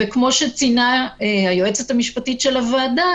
וכמו שציינה היועצת המשפטית של הוועדה,